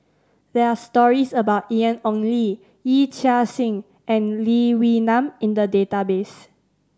there are stories about Ian Ong Li Yee Chia Hsing and Lee Wee Nam in the database